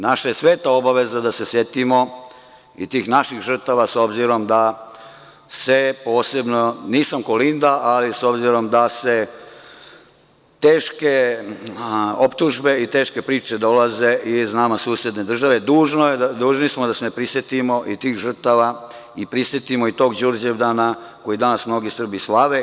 Naša je sveta obaveza da se setimo i tih naših žrtava s obzirom, nisam Kolinda, ali s obzirom da teške optužbe i teške priče dolaze iz nama susedne države, dužni smo da se prisetimo i tih žrtava i prisetimo i tog Đurđevdana koji danas mnogi Srbi slave.